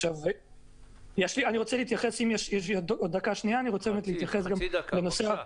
יש לי עוד דקה, אני רוצה להתייחס לנושא